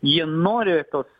jie nori tos